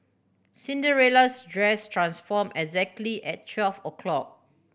Cinderella's dress transform exactly at twelve o' clock